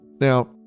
Now